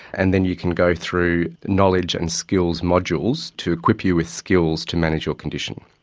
and then you can go through knowledge and skills modules to equip you with skills to manage your condition.